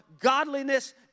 godliness